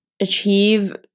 achieve